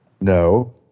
No